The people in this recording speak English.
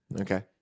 okay